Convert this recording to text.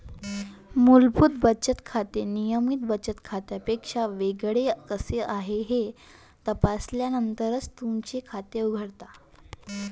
मूलभूत बचत खाते नियमित बचत खात्यापेक्षा वेगळे कसे आहे हे तपासल्यानंतरच तुमचे खाते उघडा